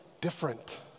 different